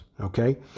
okay